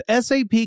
SAP